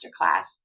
Masterclass